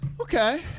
okay